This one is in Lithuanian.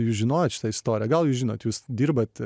jūs žinojot šitą istoriją gal jūs žinot jūs dirbat